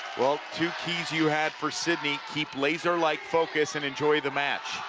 well, two keys you had for sidney, keep laser-like focus and enjoy the match.